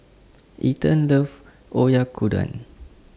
Ethen loves Oyakodon